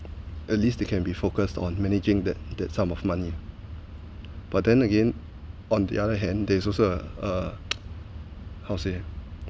at least they can be focused on managing that that sum of money but then again on the other hand there's also a uh how to say